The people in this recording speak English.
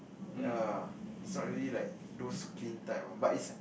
ya it's not really like those clean type ah but it's